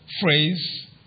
phrase